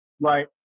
right